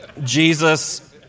Jesus